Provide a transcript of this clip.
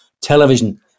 television